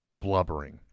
blubbering